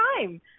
time